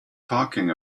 talking